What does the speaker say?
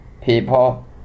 people